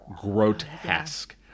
grotesque